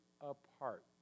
apart